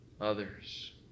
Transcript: others